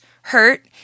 hurt